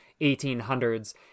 1800s